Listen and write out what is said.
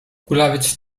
kulawiec